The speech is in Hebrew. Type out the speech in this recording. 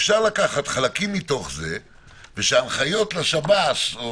אפשר לקחת חלקים מתוך זה ושההנחיות לשב"ס למשל,